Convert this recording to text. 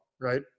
right